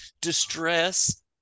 distress